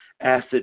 acid